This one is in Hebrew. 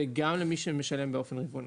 וגם למי שמשלם באופן רבעוני.